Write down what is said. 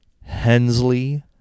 Hensley